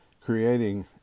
Creating